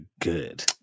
good